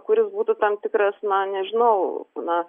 kuris būtų tam tikras na nežinau na